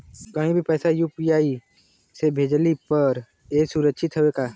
कहि भी पैसा यू.पी.आई से भेजली पर ए सुरक्षित हवे का?